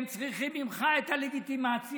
הם צריכים ממך את הלגיטימציה,